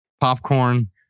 popcorn